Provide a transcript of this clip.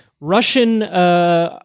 Russian